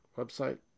website